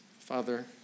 Father